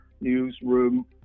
newsroom